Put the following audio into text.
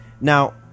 Now